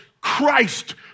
Christ